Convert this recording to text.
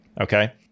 okay